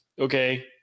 Okay